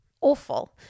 awful